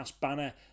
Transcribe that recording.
banner